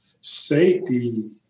safety